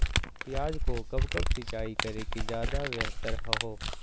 प्याज को कब कब सिंचाई करे कि ज्यादा व्यहतर हहो?